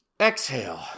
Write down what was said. Exhale